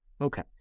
Okay